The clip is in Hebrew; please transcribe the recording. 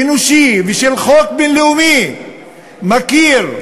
אנושי וכל חוק בין-לאומי מכיר,